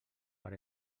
per